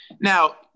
Now